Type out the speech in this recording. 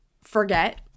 forget